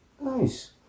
Nice